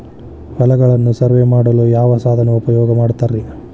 ಹೊಲಗಳನ್ನು ಸರ್ವೇ ಮಾಡಲು ಯಾವ ಸಾಧನ ಉಪಯೋಗ ಮಾಡ್ತಾರ ರಿ?